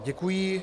Děkuji.